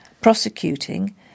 prosecuting